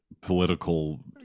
political